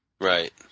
right